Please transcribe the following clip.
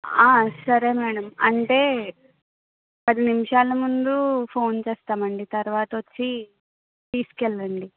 సరే మ్యాడం అంటే పది నిమిషాలు ముందు ఫోన్ చేస్తామండి తర్వాత వచ్చి తీసుకెళ్ళండి